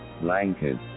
Blankets